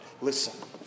Listen